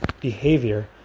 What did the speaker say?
behavior